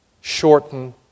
shorten